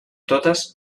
totes